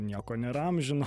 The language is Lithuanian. nieko nėra amžino